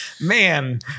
man